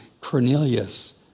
Cornelius